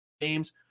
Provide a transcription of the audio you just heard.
games